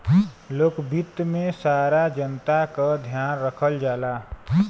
लोक वित्त में सारा जनता क ध्यान रखल जाला